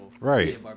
Right